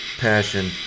passion